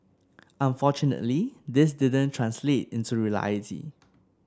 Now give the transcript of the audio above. unfortunately this didn't translate into reality